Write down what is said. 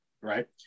right